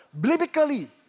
biblically